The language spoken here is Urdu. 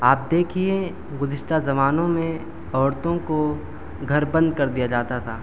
آپ دیکھیے گزشتہ زمانوں میں عورتوں کو گھر بند کر دیا جاتا تھا